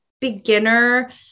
beginner